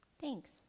Thanks